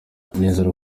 nizere